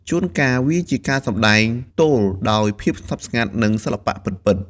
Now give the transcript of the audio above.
ជួនកាលវាជាការសម្ដែងទោលដោយភាពស្ងប់ស្ងាត់ និងសិល្បៈពិតៗ។